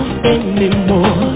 Anymore